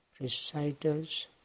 recitals